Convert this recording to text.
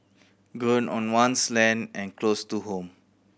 grown on one's land and close to home